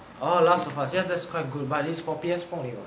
oh last of us ya that's quite good but it's for P_S four only [what]